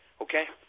Okay